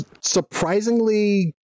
surprisingly